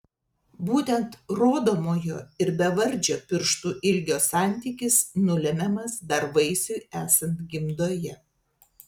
būtent rodomojo ir bevardžio pirštų ilgio santykis nulemiamas dar vaisiui esant gimdoje